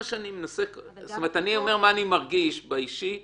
אני אומר מה אני מרגיש באופן אישי,